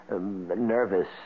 nervous